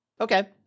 Okay